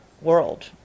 world